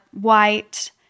white